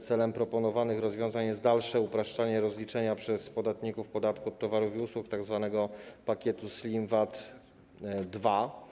Celem proponowanych rozwiązań jest dalsze upraszczanie rozliczenia przez podatników podatku od towarów i usług, tzw. pakietu SLIM VAT 2.